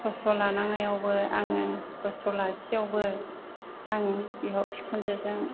खस्थ' लानांनायावबो आङो खस्थ' लासेयावबो आङो बिहाव बिखुनजोजों